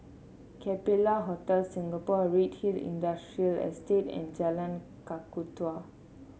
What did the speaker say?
Capella Hotel Singapore Redhill Industrial Estate and Jalan Kakatua